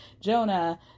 jonah